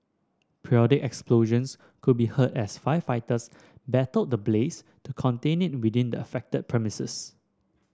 periodic explosions could be heard as firefighters battle the blaze to contain it within the affected premises